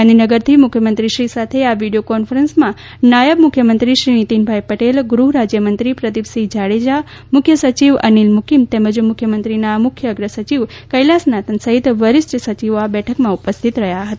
ગાંધીનગરથી મુખ્યમંત્રીશ્રી સાથે આ વિડીયો કોન્ફરન્સમાં નાયબ મુખ્યમંત્રી શ્રી નીતિનભાઇ પટેલ ગૃહ રાજ્યમંત્રી શ્રી પ્રદિપસિંહ જાડેજા મુખ્ય સચિવ શ્રી અનિલ મૂકિમ તેમજ મુખ્યમંત્રીશ્રીના મુખ્ય અગ્ર સચિવ શ્રી કૈલાસનાથન સહિત વરિષ્ઠ સચિવો આ બેઠકમાં ઉપસ્થિત રહ્યા છે